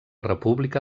república